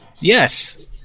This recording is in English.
Yes